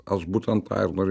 aš būtent tą ir norė